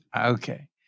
Okay